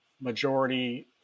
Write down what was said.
majority